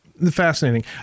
Fascinating